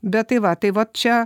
bet tai va tai va čia